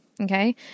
Okay